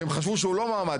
כשהם חשבו שהוא לא מועמד,